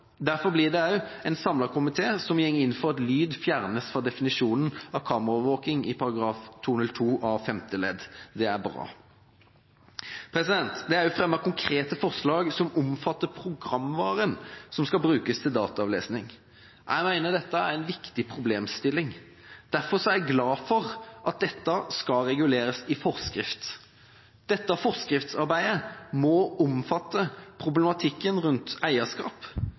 Derfor blir det også en samlet komité som går inn for at «lyd» fjernes fra definisjonen av kameraovervåkning i § 202 a femte ledd. Det er bra. Det er også fremmet konkrete forslag som omfatter programvaren som skal brukes til dataavlesning. Jeg mener dette er en viktig problemstilling. Derfor er jeg glad for at dette skal reguleres i forskrift. Dette forskriftsarbeidet må omfatte problematikken rundt eierskap,